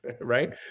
right